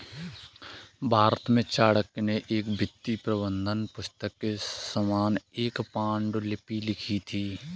भारत में चाणक्य ने एक वित्तीय प्रबंधन पुस्तक के समान एक पांडुलिपि लिखी थी